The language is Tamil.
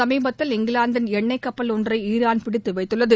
சமீபத்தில் இங்கிலாந்தின் எண்ணெய் கப்பல் ஒன்றை ஈரான் பிடித்துவைத்துள்ளது